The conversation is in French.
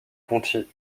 conti